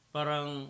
Parang